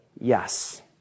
Yes